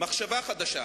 מחשבה חדשה,